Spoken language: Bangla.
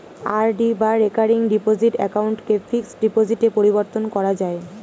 আর.ডি বা রেকারিং ডিপোজিট অ্যাকাউন্টকে ফিক্সড ডিপোজিটে পরিবর্তন করা যায়